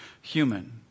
human